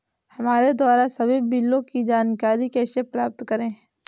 हमारे द्वारा सभी बिलों की जानकारी कैसे प्राप्त करें?